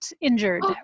injured